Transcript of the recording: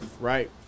right